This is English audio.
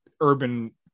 urban